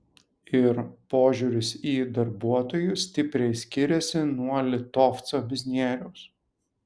ir požiūris į darbuotojus stipriai skiriasi nuo litovco biznieriaus